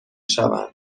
شوند